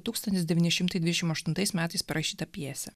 tūkstantis devyni šimtai dvidešim aštuntais metais parašytą pjesę